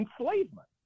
enslavement